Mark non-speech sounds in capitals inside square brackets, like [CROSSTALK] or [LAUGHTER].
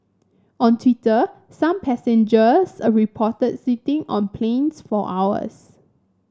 on Twitter some passengers [HESITATION] reported sitting on planes for hours